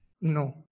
No